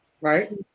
Right